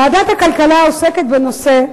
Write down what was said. ועדת הכלכלה עוסקת בנושא,